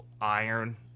iron